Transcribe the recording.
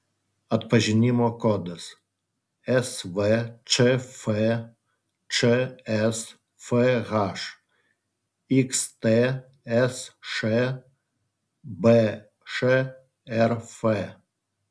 atpažinimo kodas svčf čsfh xtsš bšrf